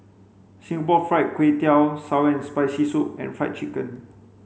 Singapore fried Kway Tiao sour and spicy soup and fried chicken